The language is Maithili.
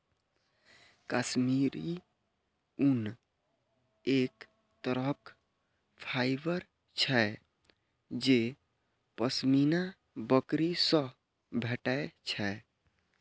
काश्मीरी ऊन एक तरहक फाइबर छियै जे पश्मीना बकरी सं भेटै छै